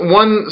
one